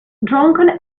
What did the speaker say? drunken